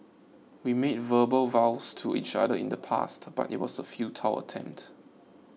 we made verbal vows to each other in the past but it was a futile attempt